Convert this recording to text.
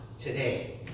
today